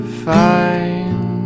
fine